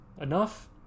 enough